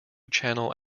channel